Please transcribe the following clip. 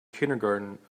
kindergarten